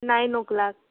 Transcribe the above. nine O clock